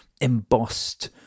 embossed